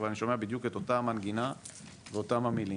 אבל אני שומע בדיוק את אותה מנגינה ואת אותם המילים,